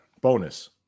bonus